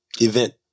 event